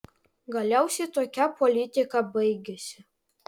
galiausiai tokia politika baigėsi